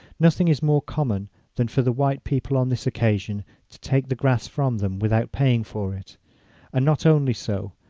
nothing is more common than for the white people on this occasion to take the grass from them without paying for it and ah not only so,